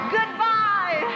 Goodbye